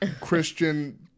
Christian